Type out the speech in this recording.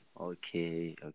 Okay